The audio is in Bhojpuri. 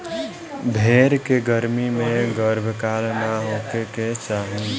भेड़ के गर्मी में गर्भकाल ना होखे के चाही